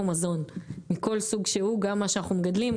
מזון מכל סוג שהוא גם מה שאנחנו מגדלים,